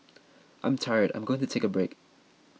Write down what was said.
I'm tired I'm going to take a break